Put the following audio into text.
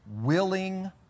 willing